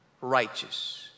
righteous